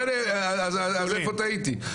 אז איפה טעיתי?